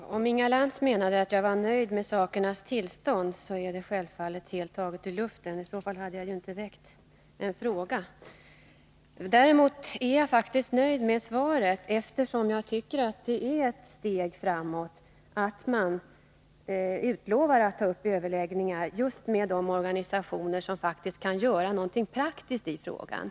Tisdagen den Herr talman! Om Inga Lantz menade att jag var nöjd med nuvarande 25 maj 1982 förhållanden, så är det självfallet taget ur luften. I så fall hade jag inte väckt min fråga. Däremot är jag nöjd med svaret, eftersom jag tycker att det är ett steg framåt när man utlovar att ta upp överläggningar just med de att minska behovet 9rganisationersom verkligen kan göra någonting praktiskt i frågan.